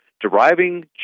deriving